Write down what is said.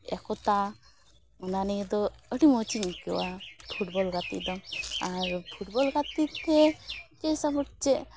ᱮᱠᱚᱛᱟ ᱚᱱᱟ ᱱᱤᱭᱮ ᱫᱚ ᱟᱹᱰᱤ ᱢᱚᱡᱤᱧ ᱟᱹᱭᱠᱟᱹᱣᱟ ᱯᱷᱩᱴᱵᱚᱞ ᱜᱟᱛᱮᱜ ᱫᱚ ᱟᱨ ᱯᱷᱩᱴᱵᱚᱞ ᱜᱟᱛᱮ ᱛᱮ ᱪᱮᱫ ᱥᱟᱯᱚᱴ ᱪᱮᱫ